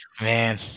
Man